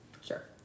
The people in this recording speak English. Sure